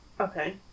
Okay